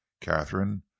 Catherine